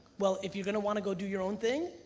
well, if you're gonna wanna go do your own thing,